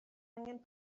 angen